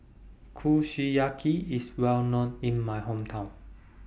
Kushiyaki IS Well known in My Hometown